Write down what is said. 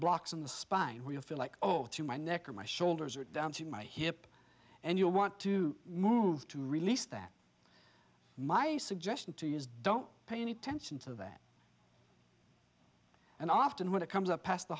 blocks in the spine will feel like oh to my neck or my shoulders or down to my hip and you want to move to release that my suggestion to you is don't pay any attention to that and often when it comes up past the